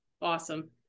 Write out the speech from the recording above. Awesome